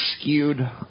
skewed